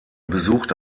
besuchte